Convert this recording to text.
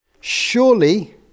Surely